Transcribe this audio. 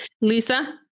lisa